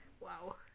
Wow